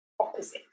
opposite